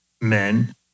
men